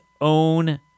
own